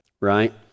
right